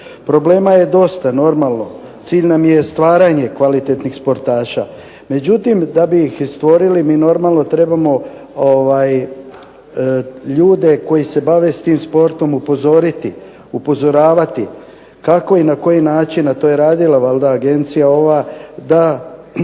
Problema je dosta, normalno. Cilj nam je stvaranje kvalitetnih sportaša, međutim da bi ih i stvorili mi normalno trebamo ljude koji se bave s tim sportom upozoriti, upozoravati kako i na koji način, a to je redila valjda agencija ova, da